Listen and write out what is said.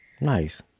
nice